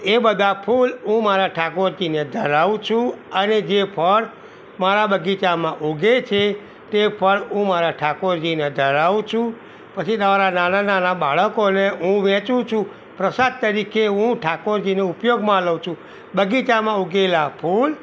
એ બધા ફૂલ હું મારા ઠાકોરજીને ધરાવું છું અને જે ફળ મારા બગીચામાં ઊગે છે તે ફળ હું મારા ઠાકોરજીને ધરાવું છું પછી તમારા નાના નાના બાળકોને હું વહેંચું છું પ્રસાદ તરીકે હું ઠાકોરજીને ઉપયોગમાં લઉં છું બગીચામાં ઊગેલાં ફૂલ